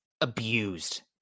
abused